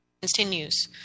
continues